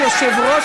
תתבייש לך.